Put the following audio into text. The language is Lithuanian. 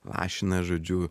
lašina žodžiu